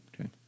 Okay